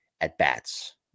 at-bats